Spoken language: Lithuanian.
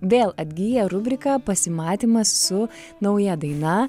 vėl atgyja rubrika pasimatymas su nauja daina